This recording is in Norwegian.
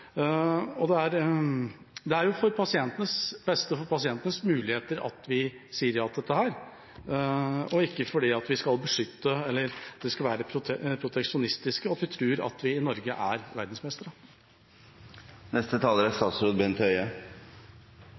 Det er til det beste for pasientens muligheter at vi sier ja til dette. Det er ikke fordi vi skal være proteksjonistiske, eller fordi vi tror at vi i Norge er verdensmestere. Det er